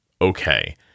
Okay